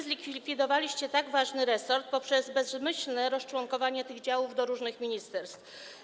Zlikwidowaliście tak ważny resort poprzez bezmyślne rozczłonkowanie tych działów do różnych ministerstw.